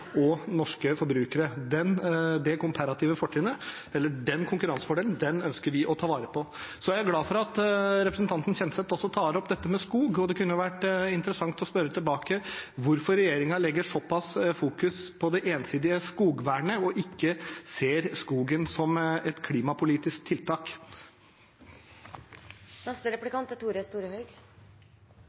og norske forbrukere. Det komparative fortrinnet, eller den konkurransefordelen, ønsker vi å ta vare på. Jeg er glad for at representanten Kjenseth også tar opp dette med skog. Det kunne vært interessant å spørre tilbake om hvorfor regjeringen fokuserer såpass på det ensidige skogvernet og ikke ser skogen som et klimapolitisk tiltak. Kjenner de at det blæs litt i salen? Det er